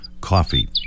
coffee